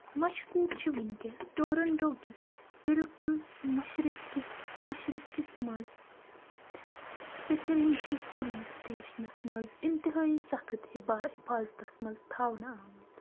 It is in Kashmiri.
مشكوٗک چھُ وُنکٮ۪س ٹورنٛٹو کِس بِلکُل مشرِق کِس مشرِق کِس منٛز پِکرِنٛگ کِس پُلیٖس سِٹیشنَس منٛز اِنتِہایی سخٕت حِبا حٮ۪فاظتس منٛز تھاونہٕ آمٕتۍ